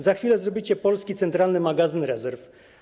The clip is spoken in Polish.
Za chwilę zrobicie polski centralny magazyn rezerw.